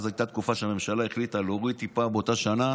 אז הייתה תקופה שהממשלה החליטה להוריד טיפה באותה שנה